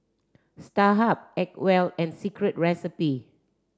Starhub Acwell and Secret Recipe